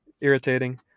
irritating